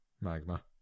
Magma